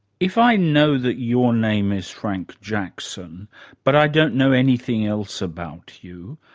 if i know that your name is frank jackson but i don't know anything else about you,